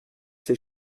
ces